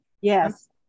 Yes